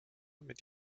mit